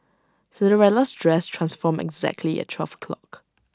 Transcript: Cinderella's dress transformed exactly at twelve o'clock